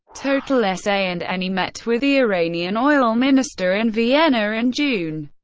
total s a, and eni met with the iranian oil minister in vienna in june,